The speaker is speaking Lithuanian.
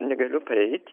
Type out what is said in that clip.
negaliu praeit